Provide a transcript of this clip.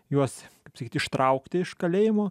juos kaip sakyt ištraukti iš kalėjimo